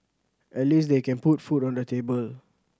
at least they can put food on the table